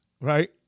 right